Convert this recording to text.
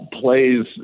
plays